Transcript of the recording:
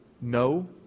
no